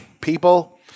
people